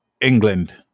England